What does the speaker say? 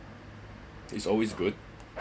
is always good